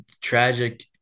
tragic